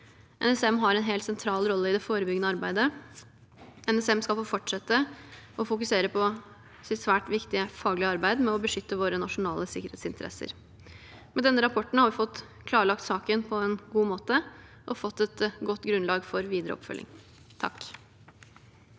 NSM har en helt sentral rolle i det forebyggende arbeidet. NSM skal få fortsette å fokusere på sitt svært viktige faglige arbeid med å beskytte våre nasjonale sikkerhetsinteresser. Med denne rapporten har vi fått klarlagt saken på en god måte og fått et godt grunnlag for videre oppfølging.